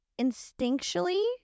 Instinctually